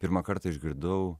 pirmą kartą išgirdau